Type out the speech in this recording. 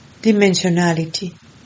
dimensionality